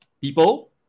People